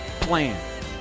Plan